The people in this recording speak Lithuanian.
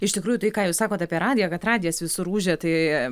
iš tikrųjų tai ką jūs sakot apie radiją kad radijas visur ūžė tai